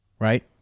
Right